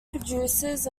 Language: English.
producers